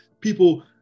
people